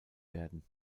werden